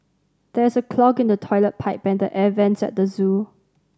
there is a clog in the toilet pipe and the air vents at the zoo